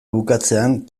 bukatzean